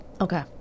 Okay